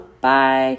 Bye